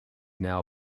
now